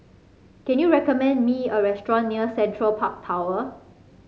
can you recommend me a restaurant near Central Park Tower